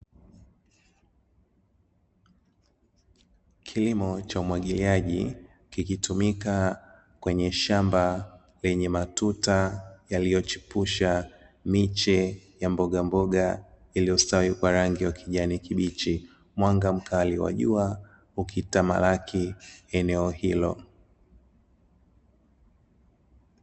Kilimo cha umwagiliaji kikitumika kwenye shamba lenye matuta yaliyochipusha miche ya mbogamboga iliyostawi kwa rangi ya ukijani kibichi, mwanga mkali wa jua ukitamalaki eneo hilo.